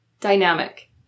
dynamic